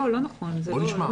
לא נכון, זה לא מדויק.